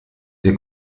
der